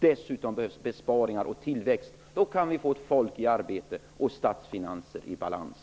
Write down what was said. Dessutom behövs besparingar och tillväxt. Då kan vi få ett folk i arbete och statsfinanser i balans.